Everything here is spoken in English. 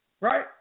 Right